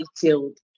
detailed